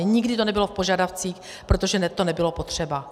Nikdy to nebylo v požadavcích, protože to nebylo potřeba.